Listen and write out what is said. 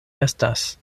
estas